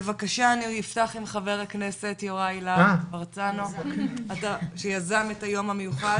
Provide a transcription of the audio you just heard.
אני אפתח עם חבר הכנסת יוראי להב הרצנו שיזם את היום המיוחד,